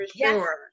sure